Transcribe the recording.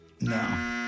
No